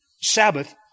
Sabbath